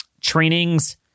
trainings